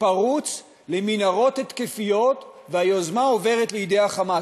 פרוץ למנהרות התקפיות והיוזמה עוברת לידי ה"חמאס".